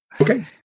Okay